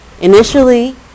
initially